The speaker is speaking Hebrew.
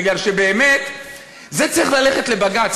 בגלל שזה באמת צריך ללכת לבג"ץ,